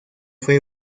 fue